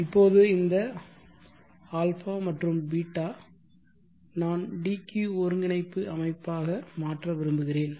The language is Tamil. இப்போது இந்த ∝ மற்றும் β நான் dq ஒருங்கிணைப்பு அமைப்பாக மாற்ற விரும்புகிறேன்